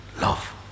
Love